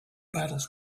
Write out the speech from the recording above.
battles